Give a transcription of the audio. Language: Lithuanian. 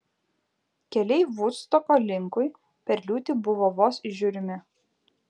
keliai vudstoko linkui per liūtį buvo vos įžiūrimi